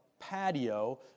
patio